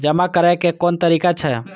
जमा करै के कोन तरीका छै?